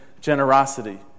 generosity